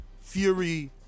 Fury